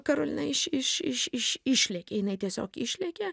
karolina iš iš iš iš išlėkė jinai tiesiog išlėkė